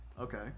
Okay